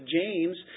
James